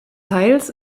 teils